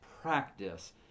practice